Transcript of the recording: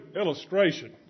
illustration